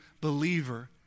believer